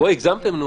הגזמתם.